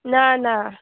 ना ना